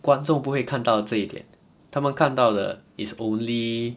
观众不会看到这一点他们看到的 is only